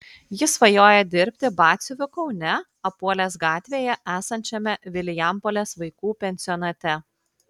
jis svajoja dirbti batsiuviu kaune apuolės gatvėje esančiame vilijampolės vaikų pensionate